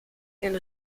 and